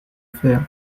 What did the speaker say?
faire